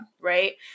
right